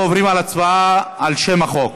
אנחנו עוברים להצבעה על שם החוק,